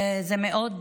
זה מאוד,